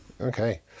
Okay